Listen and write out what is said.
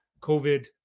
COVID